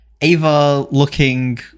Ava-looking